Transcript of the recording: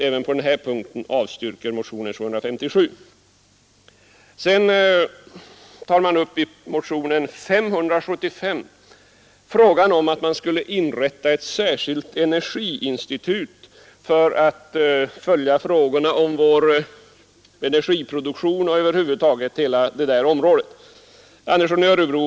I motionen 575 tas upp frågan om inrättandet av ett särskilt energiinstitut för att följa frågorna om vår energiproduktion och över huvud taget alla frågor på detta område.